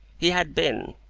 he had been,